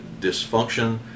dysfunction